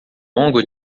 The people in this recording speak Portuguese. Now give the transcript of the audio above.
longo